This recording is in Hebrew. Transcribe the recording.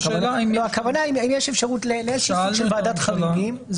הכוונה היא האם יש אפשרות לוועדת חריגים.